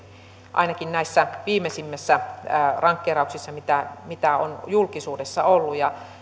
ainakin näissä viimeisimmissä rankkeerauksissa mitä mitä on julkisuudessa ollut ja